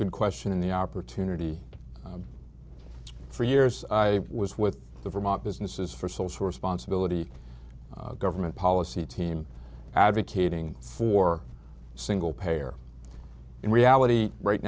good question and the opportunity for years i was with the vermont businesses for social responsibility government policy team advocating for single payer in reality right